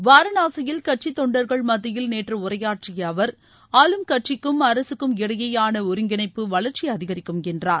வாரணாசியில் கட்சி தொண்டர்கள் மத்தியில் நேற்று உரையாற்றிய அவர் ஆளும் கட்சிக்கும் அரசுக்கும் இடையேயான ஒருங்கிணைப்பு வளர்ச்சியை அதிகரிக்கும் என்றார்